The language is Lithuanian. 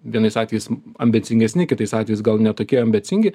vienais atvejais ambicingesni kitais atvejais gal ne tokie ambicingi